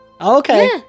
Okay